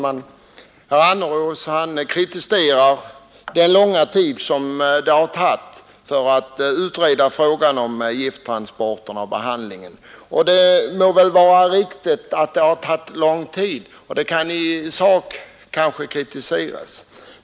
Herr talman! Herr Annerås kritiserar den långa tid det har tagit att utreda frågan om gifttransporterna. Det må vara riktigt att det har tagit lång tid, och detta kan kanske i sak kritiseras.